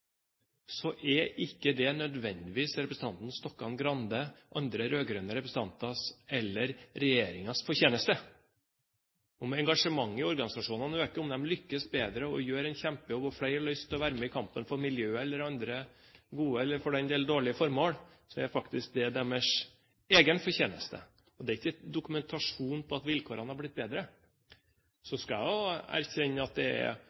organisasjonene øker, om de lykkes bedre og gjør en kjempejobb og flere får lyst til å være med i kampen for miljøet eller andre gode eller for den del dårlige formål, er det faktisk deres egen fortjeneste. Det er ikke dokumentasjon på at vilkårene er blitt bedre. Så skal jeg erkjenne at det